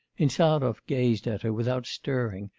insarov gazed at her, without stirring,